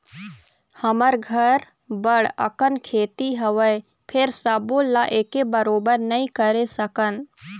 हमर घर बड़ अकन खेती हवय, फेर सबो ल एके बरोबर नइ करे सकन